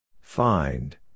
Find